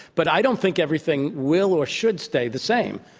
but i don't think everything will or should stay the same.